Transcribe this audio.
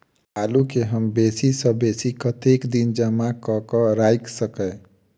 आलु केँ हम बेसी सऽ बेसी कतेक दिन जमा कऽ क राइख सकय